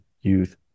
youth